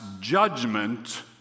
judgment